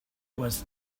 was